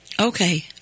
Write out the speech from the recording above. Okay